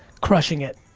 crushing it.